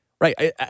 Right